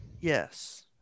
Yes